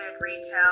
retail